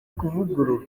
kuvugururwa